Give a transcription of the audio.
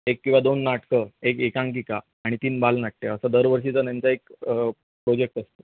एक किंवा दोन नाटकं एक एकांकिका आणि तीन बालनाट्य असं दर वर्षीचा त्यांचा एक प्रोजेक्ट असतो